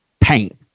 paint